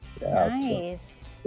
Nice